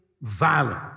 Violent